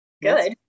Good